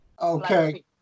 Okay